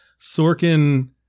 Sorkin